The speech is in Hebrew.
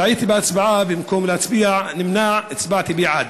טעיתי בהצבעה: במקום להצביע נמנע, הצבעתי בעד.